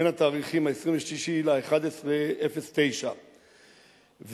בין התאריכים 26 בנובמבר 2009 ו-26